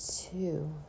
two